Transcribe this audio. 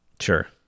Sure